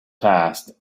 passed